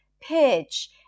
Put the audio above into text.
Pitch